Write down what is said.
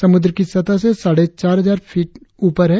समुद्र की सतह से साढ़े चार हजार फीट ऊपर है